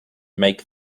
make